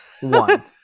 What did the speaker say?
one